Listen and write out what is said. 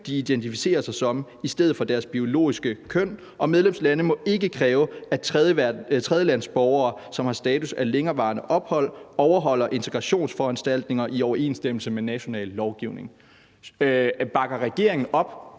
de identificerer sig som, i stedet for deres biologiske køn. Og medlemslande må ikke kræve, at tredjelandsborgere, som har status af længerevarende ophold, overholder integrationsforanstaltninger i overensstemmelse med national lovgivning. Bakker regeringen op